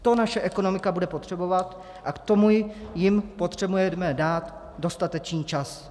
To naše ekonomika bude potřebovat a k tomu jim potřebujeme dát dostatečný čas.